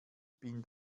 bin